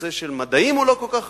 הנושא של מדעים לא כל כך חשוב.